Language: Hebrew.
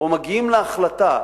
או מגיעים להחלטה,